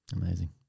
Amazing